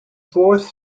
fourth